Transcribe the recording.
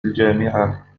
الجامعة